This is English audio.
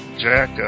Jack